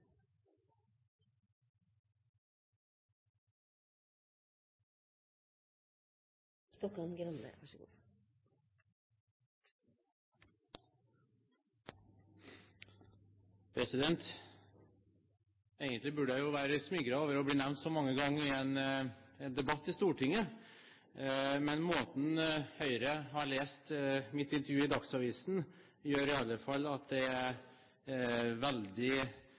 Egentlig burde jeg jo være smigret over å bli nevnt så mange ganger i en debatt i Stortinget. Men måten Høyre har lest mitt intervju i Dagsavisen på, gjør i alle fall at det er veldig